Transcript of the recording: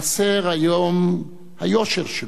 חסר היום היושר שלו,